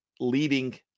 leading